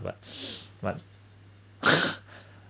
what what